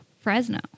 Fresno